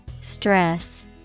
Stress